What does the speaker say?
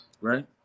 right